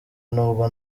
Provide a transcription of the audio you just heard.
n’ubwo